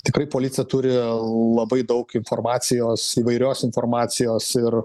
tikrai policija turi labai daug informacijos įvairios informacijos ir